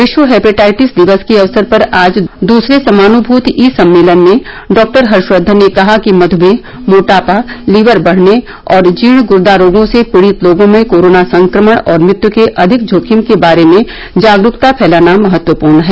विश्व हेपेटाइटिस दिवस के अवसर पर आज दूसरे समानुभूति ई सम्मेलन में डॉ हर्षवर्घन ने कहा कि मधुमेह मोटापा लीवर बढ़ने और जीर्ण गुर्दा रोगों से पीडित लोगों में कोरोन संक्रमण और मृत्यू के अधिक जोखिम के बारे में जागरूकता फैलाना महत्वपूर्ण है